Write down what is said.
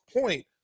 point